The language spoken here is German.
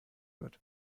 wird